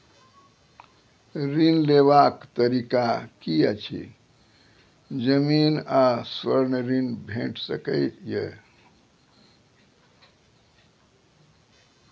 ऋण लेवाक तरीका की ऐछि? जमीन आ स्वर्ण ऋण भेट सकै ये?